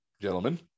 gentlemen